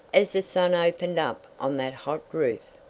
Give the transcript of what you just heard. as the sun opened up on that hot roof!